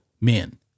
men